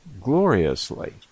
gloriously